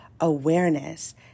awareness